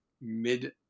mid